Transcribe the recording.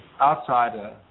outsider